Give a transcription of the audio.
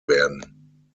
werden